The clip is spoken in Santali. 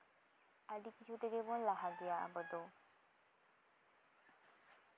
ᱟᱹᱰᱤ ᱠᱤᱪᱷᱩ ᱛᱮᱜᱮ ᱵᱚᱱ ᱞᱟᱦᱟ ᱜᱮᱭᱟ ᱟᱵᱚ ᱫᱚ